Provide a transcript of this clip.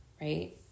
right